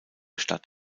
stadt